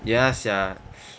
ya sia